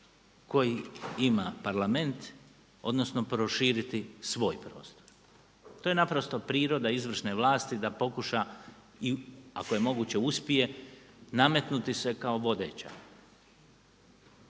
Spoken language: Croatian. koji ima Parlament odnosno proširiti svoj prostor. To je naprosto priroda izvršne vlasti da pokuša i ako je moguće uspije nametnuti se kao vodeća.